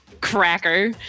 cracker